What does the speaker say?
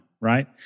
right